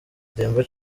demba